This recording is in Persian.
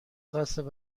قصد